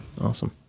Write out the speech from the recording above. awesome